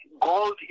gold